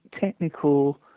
technical